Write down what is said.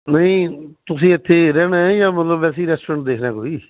ਨਹੀਂ ਤੁਸੀਂ ਐਥੇ ਰਹਿਣਾ ਐ ਜਾਂ ਮਤਲਬ ਵੈਸੇ ਈ ਰੈਸਟੋਰੈਂਟ ਦੇਖਣਾ ਕੋਈ